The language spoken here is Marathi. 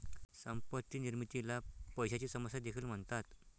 संपत्ती निर्मितीला पैशाची समस्या देखील म्हणतात